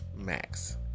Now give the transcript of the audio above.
Max